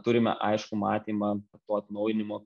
turime aiškų matymą to atnaujinimo